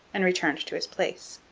and returned to his place.